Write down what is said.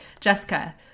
Jessica